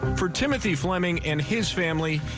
for timothy fleming and his family.